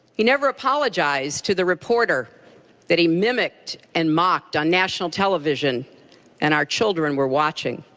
he never apologized to the reporter that he mimicked and mocked on national television and our children were watching.